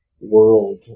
world